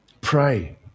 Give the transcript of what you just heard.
Pray